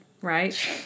right